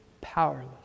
powerless